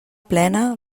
plena